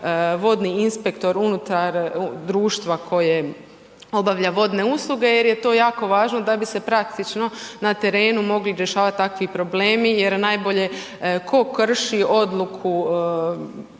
vodni inspektor unutar društva koje obavlja vodne usluge jer je to jako važno da bi se praktično na terenu mogli rješavati takvi problemi jer najbolje tko krši odluku